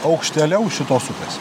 aukštėliau šitos upės